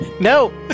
No